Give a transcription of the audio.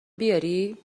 بیاری